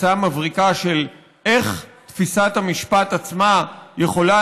תפיסה מבריקה של איך תפיסת המשפט עצמה יכולה